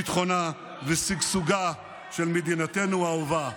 ביטחונה ושגשוגה של מדינתנו האהובה.